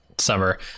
summer